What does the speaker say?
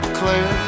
clear